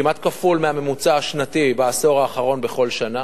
כמעט כפול מהממוצע השנתי בעשור האחרון בכל שנה.